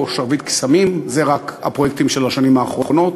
או "שרביט קסמים" אלה רק הפרויקטים של השנים האחרונות,